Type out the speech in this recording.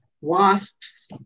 wasps